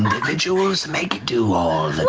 individuals make do all